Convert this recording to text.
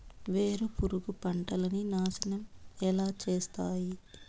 వేరుపురుగు పంటలని నాశనం ఎలా చేస్తాయి?